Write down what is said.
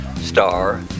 star